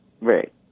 Right